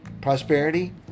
prosperity